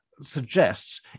suggests